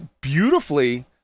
beautifully